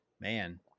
Man